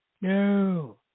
no